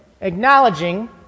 acknowledging